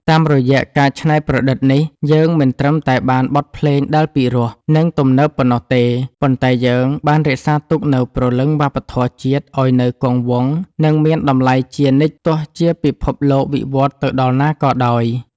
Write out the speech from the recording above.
តាមរយៈការច្នៃប្រឌិតនេះ យើងមិនត្រឹមតែបានបទភ្លេងដែលពីរោះ និងទំនើបប៉ុណ្ណោះទេ ប៉ុន្តែយើងបានរក្សាទុកនូវព្រលឹងវប្បធម៌ជាតិឱ្យនៅគង់វង្ស និងមានតម្លៃជានិច្ចទោះជាពិភពលោកវិវត្តទៅដល់ណាក៏ដោយ។